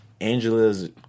Angela's